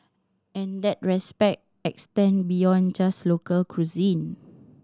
and that respect extend beyond just local cuisine